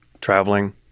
traveling